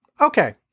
Okay